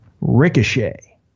Ricochet